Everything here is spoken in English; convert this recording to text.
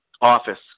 office